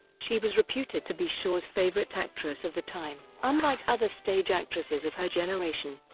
she was reputed to be shaw's favourite actress of the time. unlike other stage actresses of her generation,